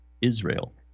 Israel